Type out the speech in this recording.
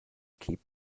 keep